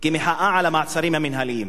במחאה על המעצרים המינהליים,